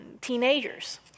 teenagers